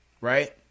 right